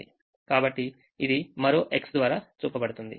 కాబట్టి ఇది మరో X ద్వారా చూపబడుతుంది